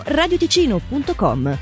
radioticino.com